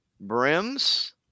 brims